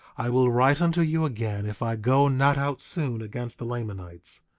i will write unto you again if i go not out soon against the lamanites.